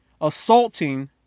assaulting